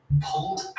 Pulled